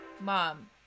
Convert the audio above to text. Mom